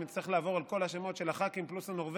אם אני אצטרך לעבור על כל השמות של הח"כים פלוס הנורבגים,